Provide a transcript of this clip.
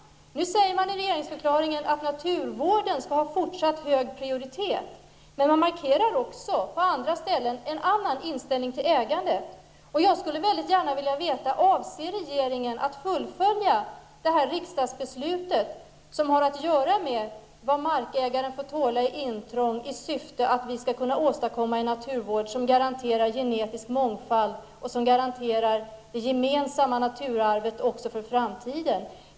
Nu sägs det i regeringsförklaringen att naturvården skall ha en fortsatt hög prioritet, samtidigt som man på andra ställen markerar en annan inställning till ägandet. Jag skulle vilja veta om regeringen avser att fullfölja det riksdagsbeslut som har att göra med vad markägaren får tåla i intrång för att man skall kunna åstadkomma en naturvård som garanterar genetisk mångfald och det gemensamma naturarvet också för framtiden.